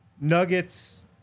Nuggets